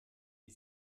wie